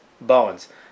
bones